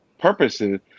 purposes